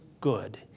good